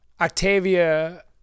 Octavia